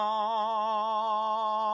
on